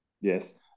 Yes